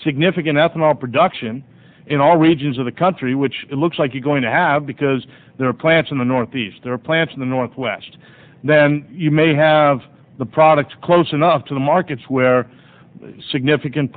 significant ethanol production in all regions of the country which it looks like you're going to have because there are plants in the northeast there are plants in the northwest then you may have the products close enough to the markets where significant